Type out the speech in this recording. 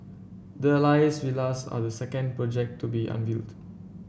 the Alias Villas are the second project to be unveiled